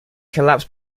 collapse